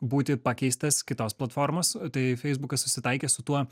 būti pakeistas kitos platformos tai feisbukas susitaikė su tuo